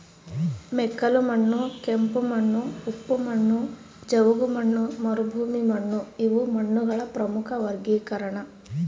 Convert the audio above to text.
ಮೆಕ್ಕಲುಮಣ್ಣು ಕೆಂಪುಮಣ್ಣು ಉಪ್ಪು ಮಣ್ಣು ಜವುಗುಮಣ್ಣು ಮರುಭೂಮಿಮಣ್ಣುಇವು ಮಣ್ಣುಗಳ ಪ್ರಮುಖ ವರ್ಗೀಕರಣ